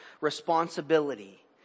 responsibility